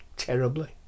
Terribly